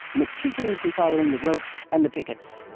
meticulously following the ropes and the pickets.